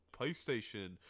PlayStation